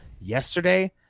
yesterday